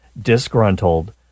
disgruntled